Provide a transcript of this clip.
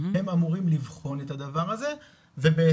הם אמורים לבחון את הדבר הזה ובהתאם,